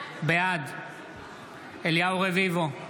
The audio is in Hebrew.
בעד אליהו רביבו,